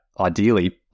Ideally